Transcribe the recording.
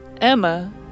Emma